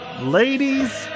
Ladies